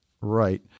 Right